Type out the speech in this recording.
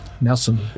Nelson